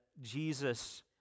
Jesus